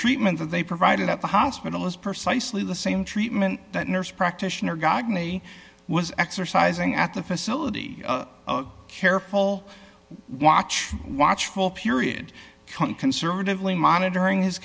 treatment that they provided at the hospital is person i sleep the same treatment that nurse practitioner godly was exercising at the facility careful watch watchful period conservatively monitoring his